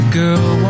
girl